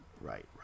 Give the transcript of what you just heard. right